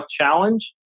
challenge